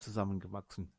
zusammengewachsen